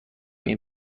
این